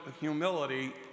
humility